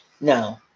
No